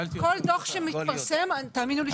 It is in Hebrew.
כל דוח שמתפרסם, תאמינו לי שאני יודעת עליו.